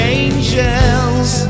angels